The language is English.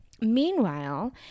Meanwhile